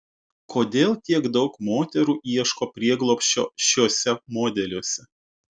kodėl tiek daug moterų ieško prieglobsčio šiuose modeliuose